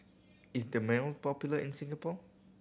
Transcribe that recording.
is Dermale popular in Singapore